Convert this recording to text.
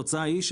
והתוצאה היא,